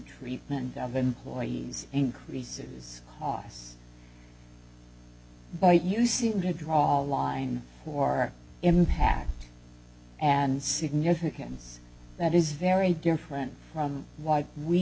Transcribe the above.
treatment of employees increases costs but you seem to draw a line or impact and significance that is very different from what we